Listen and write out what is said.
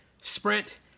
Sprint